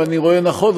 אם אני רואה נכון,